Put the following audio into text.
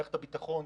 מערכת הביטחון,